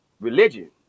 religion